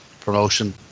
promotion